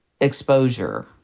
exposure